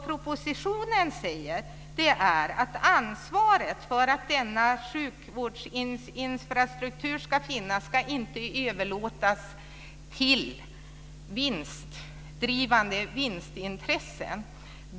Propositionen säger att ansvaret för att denna sjukvårdsinfrastruktur ska finnas inte ska överlåtas till vinstdrivande intressen.